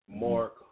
Mark